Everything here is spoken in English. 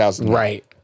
Right